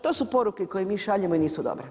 To su poruke koje mi šaljemo i nisu dobre.